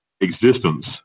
existence